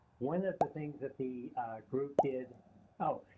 one of the things that the group did oh,